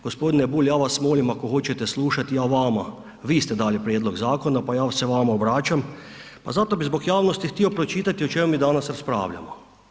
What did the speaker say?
G. Bulj, ja vas molim, ako hoćete slušati, ja vama, vi ste dali prijedlog zakona, pa ja se vama obraćam, pa zato bih zbog javnosti htio pročitati o čemu mi danas raspravljamo.